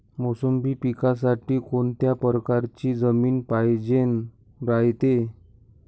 मोसंबी पिकासाठी कोनत्या परकारची जमीन पायजेन रायते?